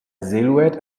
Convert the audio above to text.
silhouette